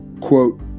quote